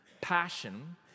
passion